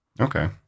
Okay